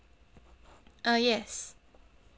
uh yes